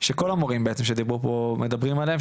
שכל המורים בעצם שדיברו פה מדברים עליהן,